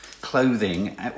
clothing